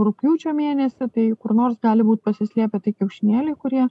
rugpjūčio mėnesį tai kur nors gali būt pasislėpę tie kieiaušinėliai kurie